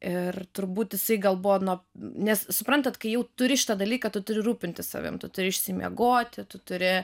ir turbūt jisai gal buvo nuo nes suprantat kai jau turi šitą dalyką tu turi rūpintis savim turi išsimiegoti tu turi